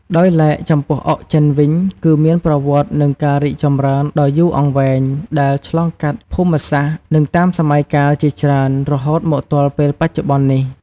ដោយឡែក ចំពោះអុកចិនវិញ គឺមានប្រវត្តិនិងការរីកចម្រើនដ៏យូរអង្វែងដែលឆ្លងកាត់ភូមិសាស្ត្រ និងតាមសម័យកាលជាច្រើនរហូតមកទល់ពេលបច្ចុប្បន្ននេះ។